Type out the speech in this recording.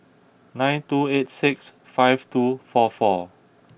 nine two eight six five two four four